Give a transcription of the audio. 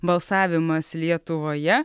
balsavimas lietuvoje